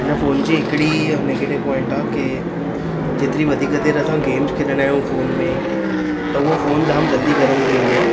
हिन फोन जी हिकिड़ी नैगिटिव पोइंट आहे कि जेतिरी वधीक देर असां गेम्स खेॾंदा आहियूं फोन में त उहा फोन जाम जल्दी गरमु थी वेंदो आहे